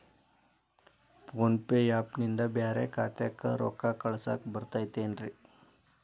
Phone pay app ನಿಂದ ಬ್ಯಾರೆ ಖಾತೆಕ್ ರೊಕ್ಕಾ ಕಳಸಾಕ್ ಬರತೈತೇನ್ರೇ?